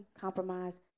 compromise